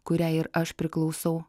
kuriai ir aš priklausau